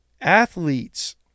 Athletes